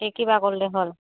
তে কিবা ক'ল্লে হ'ল